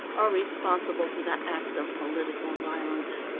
are responsible for the acts of political violence.